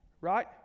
right